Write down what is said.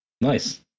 Nice